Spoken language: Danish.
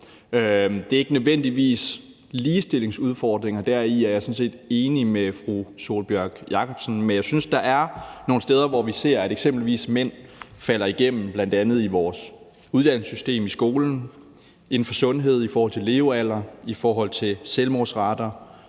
Det er ikke nødvendigvis ligestillingsudfordringer. Deri er jeg sådan set enig med fru Sólbjørg Jakobsen, men jeg synes, der er nogle steder, hvor vi ser, at eksempelvis mænd falder igennem, bl.a. i vores uddannelsessystem, i skolen, inden for sundhed, i forhold til levealder, i forhold til selvmordsrater,